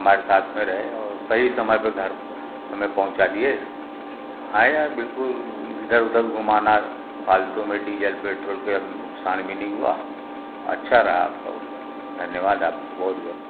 हमारे साथ में रहे और सही समय पर घर हमें पहुंचा दिए हाँ यार बिल्कुल इधर उधर घुमाना फ़ालतू में डीज़ल पेट्रोल के नुकसान भी नहीं हुआ अच्छा रहा आपको धन्यवाद आपको बहुत बहुत